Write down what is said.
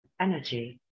energy